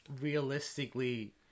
realistically